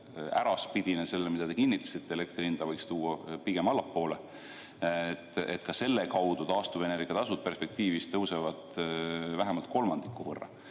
sellega, mida te kinnitasite, et elektri hinda võiks tuua pigem allapoole. Ka selle kaudu taastuvenergia tasu perspektiivis tõuseb vähemalt kolmandiku võrra.